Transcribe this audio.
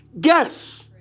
Guess